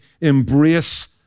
embrace